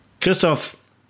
Christoph